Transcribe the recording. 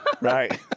right